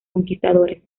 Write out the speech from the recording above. conquistadores